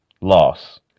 loss